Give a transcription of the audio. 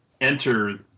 enter